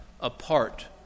apart